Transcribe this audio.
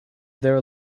their